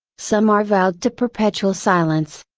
some are vowed to perpetual silence.